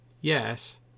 yes